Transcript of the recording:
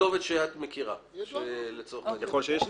בכתובת שאת מכירה ככל שישנה.